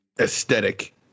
aesthetic